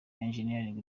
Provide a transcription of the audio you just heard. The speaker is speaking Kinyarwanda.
engineering